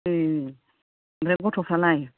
ए ओमफ्राय गथ'फ्रालाय